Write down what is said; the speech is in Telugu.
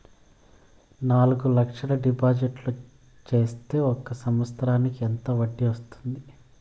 నాలుగు లక్షల డిపాజిట్లు సేస్తే ఒక సంవత్సరానికి ఎంత వడ్డీ వస్తుంది?